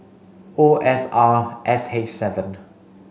O S R X H seven